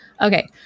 Okay